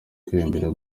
kwemera